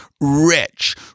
rich